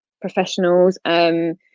professionals